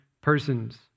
persons